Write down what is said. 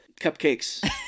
cupcakes